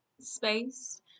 space